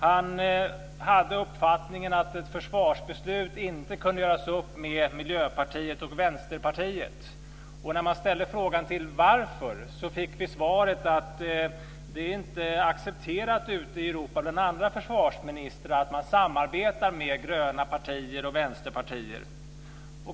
Han hade uppfattningen att ett försvarsbeslut inte kunde göras upp med Miljöpartiet och Vänsterpartiet. När vi frågade varför fick vi svaret att det inte var accepterat bland de andra försvarsministrarna ute i Europa att samarbeta med gröna partier och vänsterpartier.